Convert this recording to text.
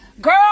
Girl